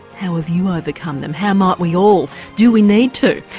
how have you overcome them? how might we all? do we need to?